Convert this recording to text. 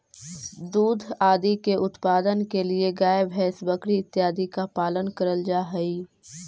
दुग्ध आदि के उत्पादन के लिए गाय भैंस बकरी इत्यादि का पालन करल जा हई